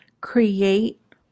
create